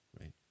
right